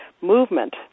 movement